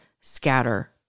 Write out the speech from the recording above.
scatter